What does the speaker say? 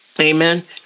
Amen